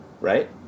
right